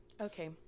Okay